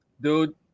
dude